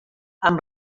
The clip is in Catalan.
amb